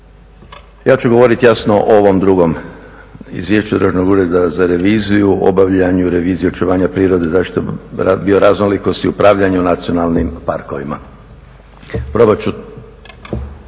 ja ću govoriti jasno o ovom drugom Izvješću Državnog ureda za reviziju o obavljanju revizije očuvanja prirode i zaštite bioraznolikosti i upravljanju nacionalnim parkovima. Probat ću